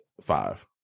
five